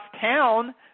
town